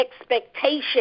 expectation